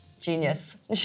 Genius